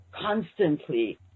constantly